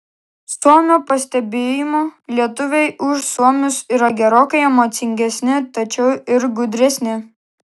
suomio pastebėjimu lietuviai už suomius yra gerokai emocingesni tačiau ir gudresni